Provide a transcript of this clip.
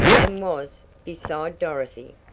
and was beside dorothy.